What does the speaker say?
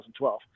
2012